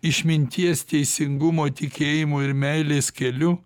išminties teisingumo tikėjimo ir meilės keliu